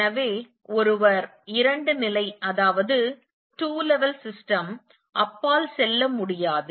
எனவே ஒருவர் இரண்டு நிலை அமைப்புகளுக்கு அப்பால் செல்ல முடியும்